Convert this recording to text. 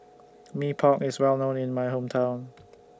Mee Pok IS Well known in My Hometown